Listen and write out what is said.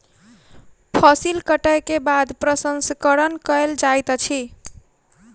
फसिल कटै के बाद प्रसंस्करण कयल जाइत अछि